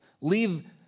leave